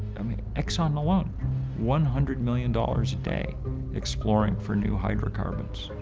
i mean exxon alone one hundred million dollars a day exploring for new hydrocarbons.